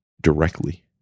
directly